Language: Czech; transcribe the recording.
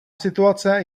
situace